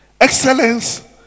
Excellence